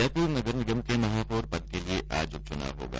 जयपुर नगर निगम के महापौर पद के लिए आज उप चुनाव होगा